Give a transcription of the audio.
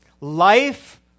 Life